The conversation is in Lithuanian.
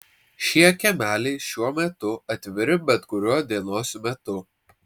šie kiemeliai šiuo metu atviri bet kuriuo dienos metu